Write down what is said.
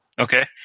Okay